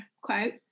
quote